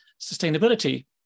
sustainability